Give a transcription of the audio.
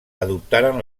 adoptaren